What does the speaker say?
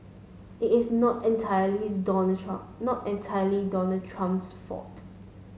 it is not entirely is Donald Trump not entirely Donald Trump's fault